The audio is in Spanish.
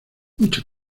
mucha